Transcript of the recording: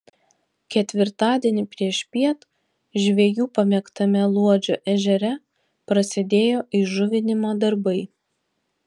ketvirtadienį priešpiet žvejų pamėgtame luodžio ežere prasidėjo įžuvinimo darbai